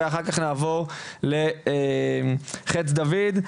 ואחר כך נעבר לחץ דוד,